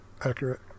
accurate